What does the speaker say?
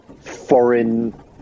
foreign